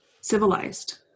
civilized